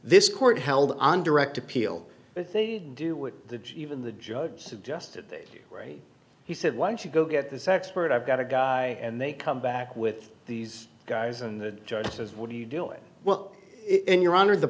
this court held on direct appeal but they do it the even the judge suggested that he said once you go get this expert i've got a guy and they come back with these guys and the judge says what do you do it well in your honor the